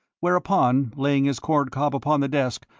whereupon, laying his corn-cob upon the desk,